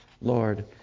Lord